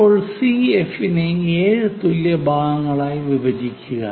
ഇപ്പോൾ CF നെ 7 തുല്യ ഭാഗങ്ങളായി വിഭജിക്കുക